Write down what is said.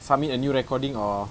submit a new recording or